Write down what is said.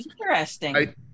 Interesting